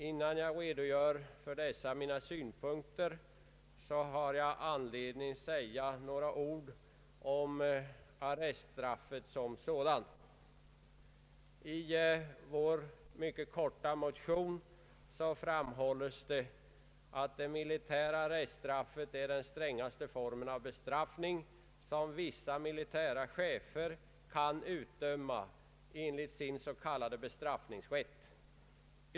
Innan jag redogör för mina synpunkter har jag anledning att säga några ord om arreststraffet som sådant. I vår mycket kortfattade motion framhålles: ”Det militära arreststraffet är den strängaste formen av bestraffning som vissa militära chefer kan utdöma enligt sin s.k. bestraffningsrätt.